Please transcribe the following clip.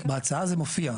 בהצעה זה מופיע.